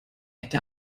hätte